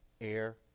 air